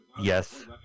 Yes